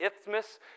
Isthmus